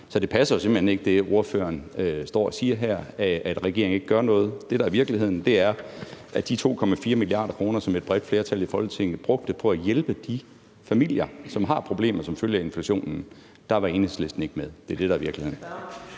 Så det passer simpelt hen ikke, hvad spørgeren står og siger her, altså at regeringen ikke gør noget. Det, der er virkeligheden, er, at de 2,4 mia. kr., som et bredt flertal i Folketinget brugte på at hjælpe de familier, som har problemer som følge af inflationen, var Enhedslisten ikke med til; det er det, der er virkeligheden.